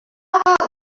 about